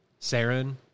Saren